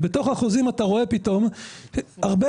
ובתוך החוזים אתה רואה פתאום את